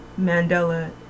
Mandela